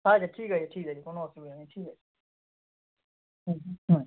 আচ্ছা ঠিক আছে ঠিক আছে কোনো অসুবিধা নেই ঠিক আছে হুম হুম হুম